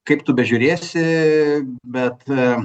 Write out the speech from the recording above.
kaip tu bežiūrėsi bet